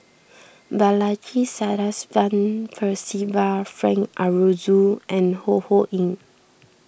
Balaji Sadasivan Percival Frank Aroozoo and Ho Ho Ying